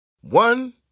One